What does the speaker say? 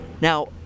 Now